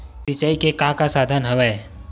सिंचाई के का का साधन हवय?